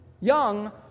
young